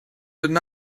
deny